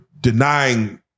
denying